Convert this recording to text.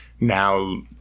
now